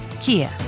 Kia